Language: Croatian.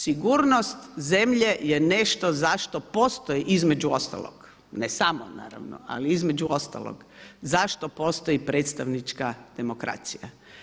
Sigurnost zemlje je nešto zašto postoji, između ostalog, ne samo naravno ali između ostalog zašto postoji predstavnička demokracija.